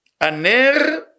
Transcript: aner